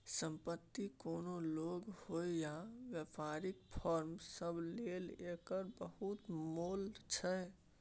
संपत्ति कोनो लोक होइ या बेपारीक फर्म सब लेल एकर बहुत मोल छै